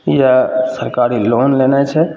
या सरकारी लोन लेनाइ छै